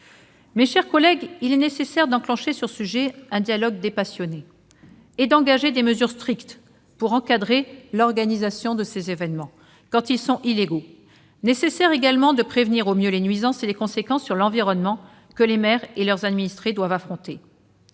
Mes chers collègues, il est nécessaire d'amorcer sur ce sujet un dialogue dépassionné et d'engager des mesures strictes pour encadrer l'organisation de ces événements quand ils sont illégaux. Il est également nécessaire de prévenir au mieux les nuisances et les conséquences sur l'environnement que les maires et leurs administrés doivent supporter.